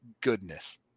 goodness